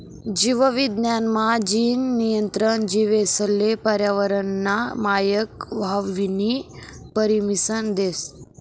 जीव विज्ञान मा, जीन नियंत्रण जीवेसले पर्यावरनना मायक व्हवानी परमिसन देस